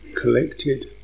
collected